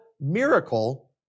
miracle